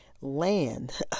land